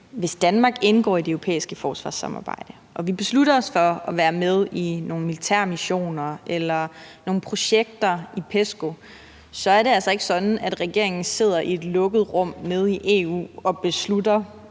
hvis Danmark indgår i det europæiske forsvarssamarbejde og vi beslutter os for at være med i nogle militære missioner eller nogle projekter i PESCO, så er det altså ikke sådan, at regeringen sidder i et lukket rum nede i EU og på vegne